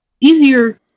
easier